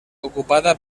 ocupada